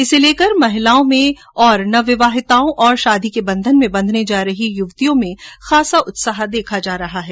इसे लेकर महिलाओं में विशेषकर नव विवाहिताओं और शादी के बंधन में बंधने जा रही युवतियों में काफी उत्साह देखा जा रहा है